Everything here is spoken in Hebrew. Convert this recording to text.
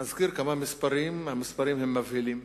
נזכיר כמה מספרים, המספרים מבהילים.